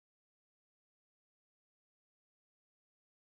Yangwei why are you doing that to me